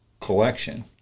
collection